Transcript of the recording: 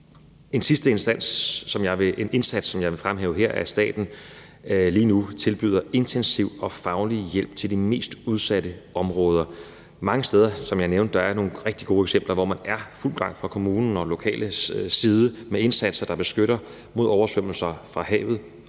En sidste indsats, som jeg vil fremhæve her, er, at staten lige nu tilbyder intensiv og faglig hjælp til de mest udsatte områder. Mange steder er der, som jeg nævnte, nogle rigtig gode eksempler på, at man er i fuld gang fra kommunens og lokales side med indsatser, der beskytter mod oversvømmelser fra havet,